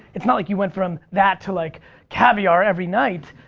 it's not like you went from that to like caviar every night,